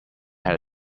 had